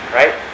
right